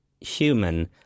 human